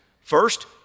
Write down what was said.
first